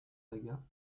saga